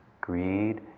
greed